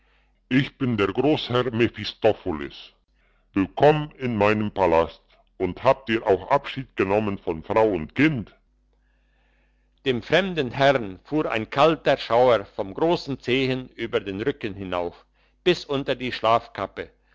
ich bin der grossherr mephistopholes willkomm in meinem palast und habt ihr auch abschied genommen von frau und kind dem fremden herrn fuhr ein kalter schauer vom grossen zehen an über den rücken hinauf bis unter die